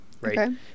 right